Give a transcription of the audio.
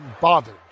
bothered